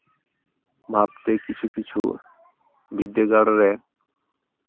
ᱵᱷᱟᱵᱽ ᱛᱮ ᱠᱤᱪᱷᱩ ᱠᱤᱪᱷᱩ ᱵᱤᱫᱽᱫᱟᱹᱜᱟᱲ ᱨᱮ